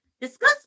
discuss